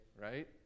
right